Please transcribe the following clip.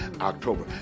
October